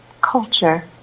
culture